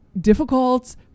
difficult